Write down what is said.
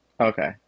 Okay